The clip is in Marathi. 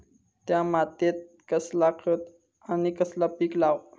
त्या मात्येत कसला खत आणि कसला पीक लाव?